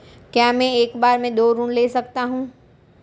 क्या मैं एक बार में दो ऋण ले सकता हूँ?